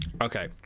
Okay